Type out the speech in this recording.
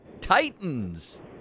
Titans